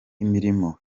imirimo